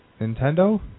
Nintendo